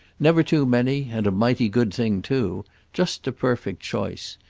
never too many and a mighty good thing too just a perfect choice.